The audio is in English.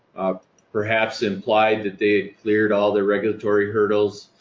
perhaps implied that they cleared all their regulatory hurdles,